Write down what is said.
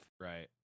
right